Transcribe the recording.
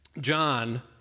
John